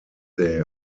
they